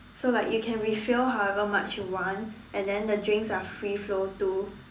so like you can refill however much you want and then the drinks are free flow too